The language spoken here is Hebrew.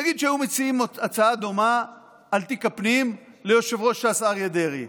נגיד שהיו מציעים הצעה דומה על תיק הפנים ליושב-ראש ש"ס אריה דרעי.